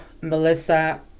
Melissa